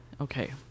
Okay